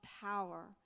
power